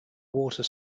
water